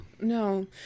no